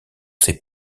ces